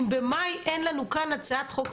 אם במאי אין לנו כאן הצעת חוק,